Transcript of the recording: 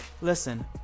Listen